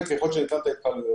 את ההתקהלויות.